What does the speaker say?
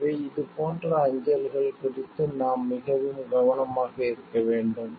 எனவே இதுபோன்ற அஞ்சல்கள் குறித்து நாம் மிகவும் கவனமாக இருக்க வேண்டும்